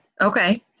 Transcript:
Okay